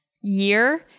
year